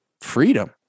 freedom